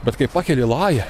bet kai pakeli lają